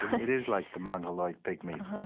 it is like the mongoloid pygmies ah